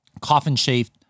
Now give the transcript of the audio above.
coffin-shaped